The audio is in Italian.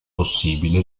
possibile